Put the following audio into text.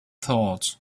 thought